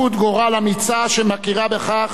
שמכירה בכך שאם נרצה,